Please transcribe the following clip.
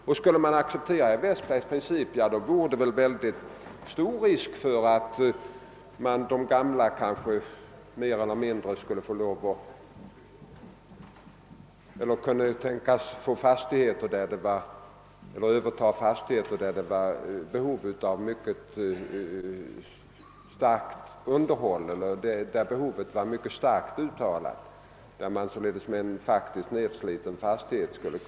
Om man skulle acceptera herr Westbergs princip, föreligger mycket stor risk för att de gamla kanske mer eller mindre skulle kunna tänkas få överta fastigheter, vilka är i behov av ett kraftigt underhåll. Därigenom skulle möjligheter uppstå att få en starkt nedsliten fastighet reparerad.